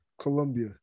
Colombia